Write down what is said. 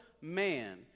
man